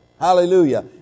Hallelujah